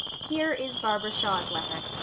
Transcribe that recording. here is barbara shaw's letter.